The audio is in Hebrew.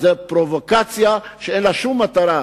זה פרובוקציה שאין לה שום מטרה.